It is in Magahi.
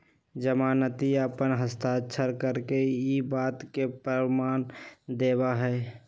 जमानती अपन हस्ताक्षर करके ई बात के प्रमाण देवा हई